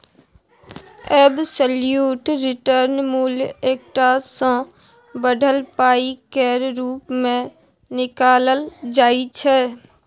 absolute return मुल टका सँ बढ़ल पाइ केर रुप मे निकालल जाइ छै